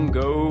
go